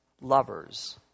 lovers